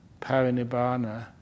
parinibbana